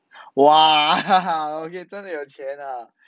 !wah! okay 真的有钱啦